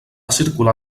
circular